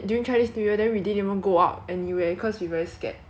we wanted to go the 春到河畔 then 结果也是没有去到